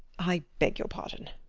i beg your pardon.